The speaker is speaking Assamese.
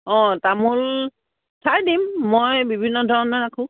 অঁ তামোল চাই দিম মই বিভিন্ন ধৰণে ৰাখোঁ